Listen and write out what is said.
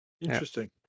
interesting